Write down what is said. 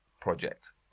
Project